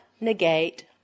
negate